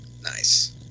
Nice